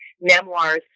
memoirs